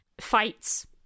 fights